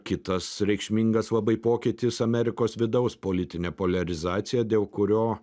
kitas reikšmingas labai pokytis amerikos vidaus politinė poliarizacija dėl kurio